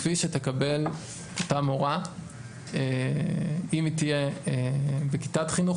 כפי שתקבל אותה מורה אם היא תהיה בכיתת חינוך